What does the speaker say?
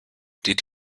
did